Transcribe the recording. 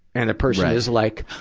and the person is like,